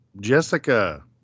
jessica